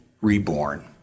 reborn